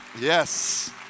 Yes